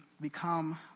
become